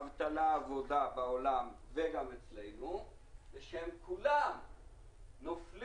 האבטלה והעבודה בעולם וגם אצלנו זה שהם כולם נופלים